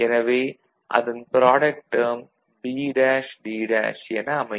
எனவே அதன் product term B'D' என அமையும்